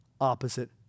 opposite